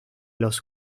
los